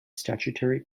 statutory